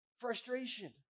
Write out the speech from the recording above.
frustration